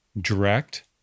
direct